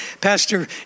Pastor